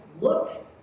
look